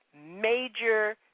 major